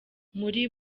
muri